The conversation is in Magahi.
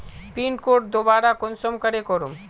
पिन कोड दोबारा कुंसम करे करूम?